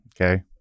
Okay